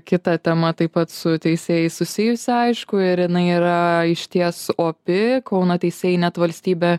kita tema taip pat su teisėjais susijusi aišku ir jinai yra išties opi kauno teisėjai net valstybę